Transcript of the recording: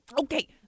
Okay